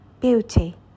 Beauty